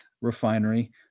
refinery